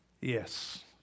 Yes